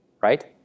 Right